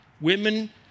Women